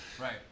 Right